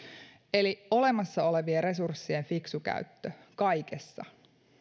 eli olemassa olevien resurssien fiksu käyttö kaikessa